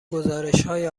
گزارشهای